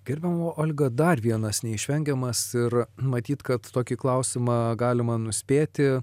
gerbiama olga dar vienas neišvengiamas ir matyt kad tokį klausimą galima nuspėti